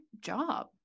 job